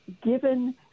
given